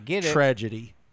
tragedy